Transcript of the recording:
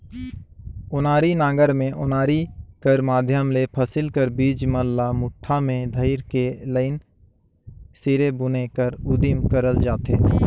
ओनारी नांगर मे ओनारी कर माध्यम ले फसिल कर बीज मन ल मुठा मे धइर के लाईन सिरे बुने कर उदिम करल जाथे